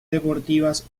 deportivas